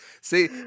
See